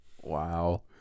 Wow